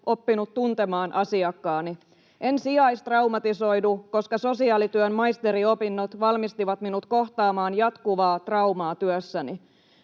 oppinut tuntemaan asiakkaani. En sijaistraumatisoidu, koska sosiaalityön maisteriopinnot valmistivat minut kohtaamaan jatkuvaa traumaa työssäni.